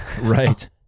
Right